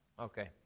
Okay